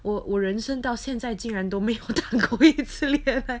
我我人生到现在竟然都没有谈过一次恋 eh